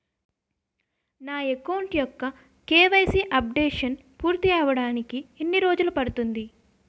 నా అకౌంట్ యెక్క KYC updation పూర్తి అవ్వడానికి ఎన్ని రోజులు పడుతుంది?